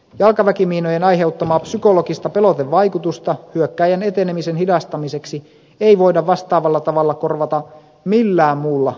jalkaväkimiinojen aiheuttamaa psykologista pelotevaikutusta hyökkääjän etenemisen hidastamiseksi ei voida vastaavalla tavalla korvata millään muulla järjestelmällä